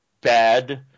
bad